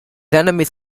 enemies